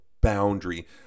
boundary